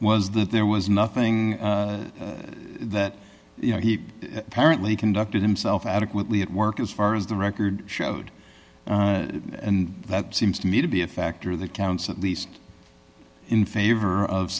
was that there was nothing that you know he apparently conducted himself adequately at work as far as the record showed and that seems to me to be a factor that counts at least in favor of